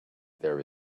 there